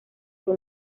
fue